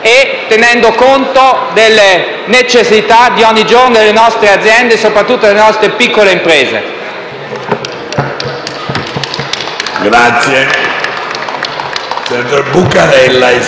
e tenendo conto delle necessità di ogni giorno delle nostre aziende e, soprattutto, delle nostre piccole imprese.